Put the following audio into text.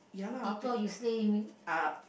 people you stay in